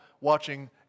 watching